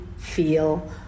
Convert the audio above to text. feel